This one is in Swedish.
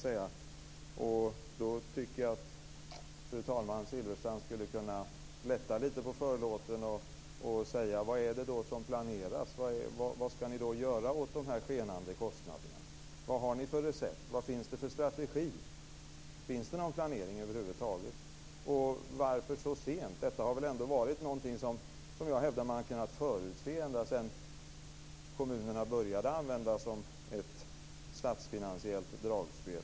Jag tycker att Silfverstrand skulle kunna lätta lite på förlåten, fru talman, och berätta vad som planeras. Vad ska ni göra åt de skenande kostnaderna? Vad har ni för recept? Vad finns det för strategi? Finns det någon planering över huvud taget? Varför kommer det så sent? Jag hävdar att detta har varit någonting som man har kunnat förutse ända sedan kommunerna började användas som ett statsfinansiellt dragspel.